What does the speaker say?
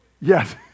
Yes